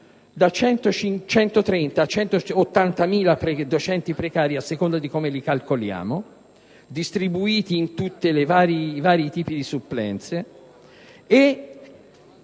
da 130.000 a 180.000 docenti precari (a seconda di come li calcoliamo) distribuiti in tutti i vari tipi di supplenze; essi